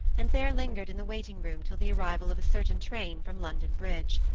and there lingered in the waiting room till the arrival of a certain train from london bridge.